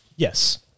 Yes